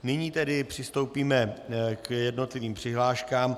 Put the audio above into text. Nyní tedy přistoupíme k jednotlivým přihláškám.